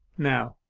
now,